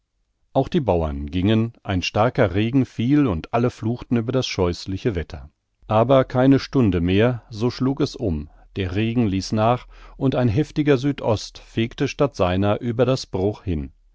auch die bauern gingen ein starker regen fiel und alle fluchten über das scheußliche wetter aber keine stunde mehr so schlug es um der regen ließ nach und ein heftiger südost fegte statt seiner über das bruch hin